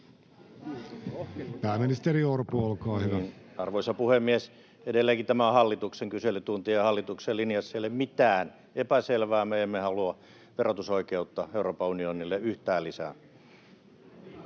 Time: 16:42 Content: Arvoisa puhemies! Edelleenkin tämä on hallituksen kyselytunti, ja hallituksen linjassa ei ole mitään epäselvää. Me emme halua verotusoikeutta Euroopan unionille yhtään lisää.